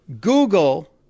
Google